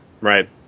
Right